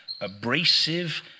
abrasive